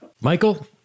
Michael